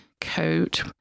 coat